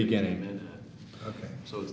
beginning so